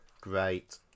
great